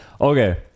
okay